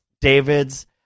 David's